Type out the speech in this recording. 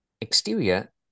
Exterior